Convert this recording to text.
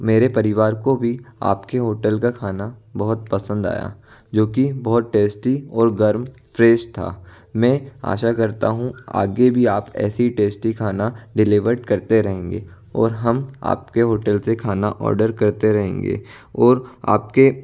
मेरे परिवार को भी आपके होटल का खाना बहुत पसंद आया जो कि बहुत टेस्टी और गर्म फ्रेश था मैं आशा करता हूँ आगे भी आप ऐसी टेस्टी खाना डिलेवर्ड करते रहेंगे और हम आपके होटेल से खाना ऑर्डर करते रहेंगे और आपके